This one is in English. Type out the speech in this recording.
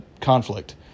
conflict